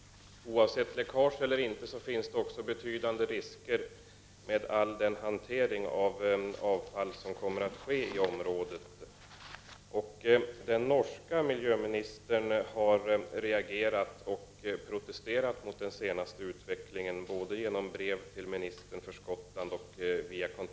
Oavsett läckage finns det emellertid också betydande risker förenade med den hantering av avfall som kommer att ske i området. Den norska miljöministern har reagerat och protesterat mot den senaste utvecklingen, både genom brev till ministern för Skottland och via kontakter med den brittiska miljöministern. Norge kan ju med fog anses vara mer hotat av anläggningen än Sverige, men det är naturligt att även vi och den svenska regeringen reagerar i dag.